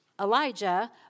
Elijah